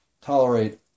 tolerate